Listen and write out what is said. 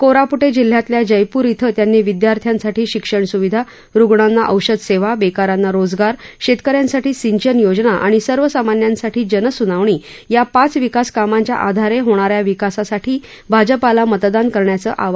कोरापूटे जिल्ह्यातल्या जैपूर क्वें त्यांनी विद्यार्थ्यांसाठी शिक्षण सुविधा रुग्णांना औषध सेवा बेकारांना रोजगार शेतक यांसाठी सिंचन योजना आणि सर्वसामान्यांसाठी जन सुनावणी या पाच विकास कामांच्या आधारे होणा या विकासासाठी भाजपाला मतदान करण्याचं त्यांनी आवाहन केलं